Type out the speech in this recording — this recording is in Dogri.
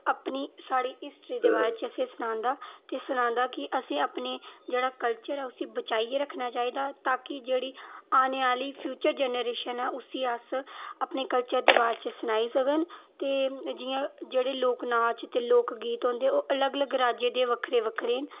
अपनी साढ़ी हिस्टरी दे बारे च असें सनांदा ते सनांदा कि असें अपनी जेह्ड़ा कल्चर ऐ उसी बचाइयै रक्खना चाहिदा ता कि जेह्ड़ी आने आह्ली फ्यूचर जेनरैशन ऐ उसी अस अपने कल्चर दे बारे च सनाई सकन ते जियां जेह्ड़े लोक नाच ते लोक गीत होंदे ओह् अलग अलग राज्य दे बक्खरे बक्खरे न